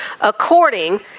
according